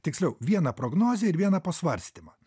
tiksliau vieną prognozę ir vieną pasvarstymą